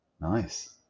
Nice